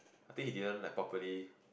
I think he didn't like properly